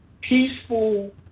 peaceful